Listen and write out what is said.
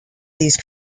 these